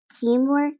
teamwork